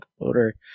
motor